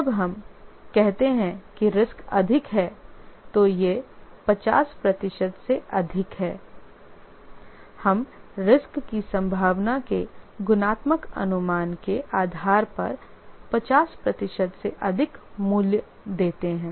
जब हम कहते हैं कि रिस्क अधिक है तो यह 50 प्रतिशत से अधिक हैहम रिस्क की संभावना के गुणात्मक अनुमान के आधार पर 50 प्रतिशत से अधिक मूल्य देते हैं